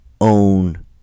own